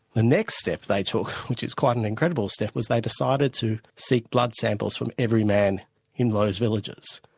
the next step they took which is quite an incredible step, was they decided to seek blood samples from every man in those villages,